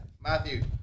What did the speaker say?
Matthew